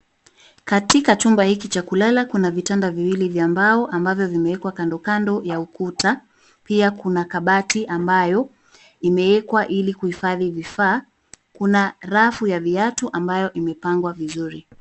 katika chumba hichi chakulala kuna vitanda viwili vya mbao vimewekwa kandokando ya ukuta pia kuna kabati ambayo imewekwa ili kuifadhi vifaa, kuna rafu ya viatu ambayo imebangwa vizuri.